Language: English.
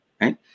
right